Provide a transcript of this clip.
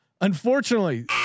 unfortunately